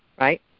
right